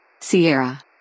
Sierra